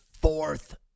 fourth